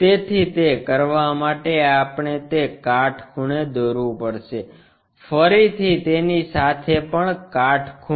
તેથી તે કરવા માટે આપણે તે કાટખૂણે દોરવું પડશે ફરીથી તેની સાથે પણ કાટખૂણે